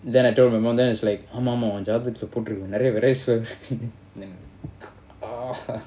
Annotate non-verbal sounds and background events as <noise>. then I don't remember then it's like அம்ம்மாஅம்மாஎன்ஜாதகத்துலபோட்டிருக்குநெறயவிரயசெலவுகள்வருமாம்:ammma amma en jathagadhula pottirukku neraya viraya selavugal varumam <laughs>